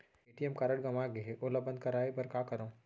ATM card गंवा गे है ओला बंद कराये बर का करंव?